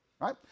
Right